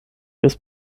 ist